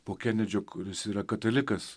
po kenedžio kuris yra katalikas